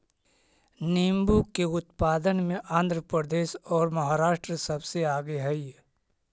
नींबू के उत्पादन में आंध्र प्रदेश और महाराष्ट्र सबसे आगे हई